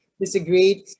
disagreed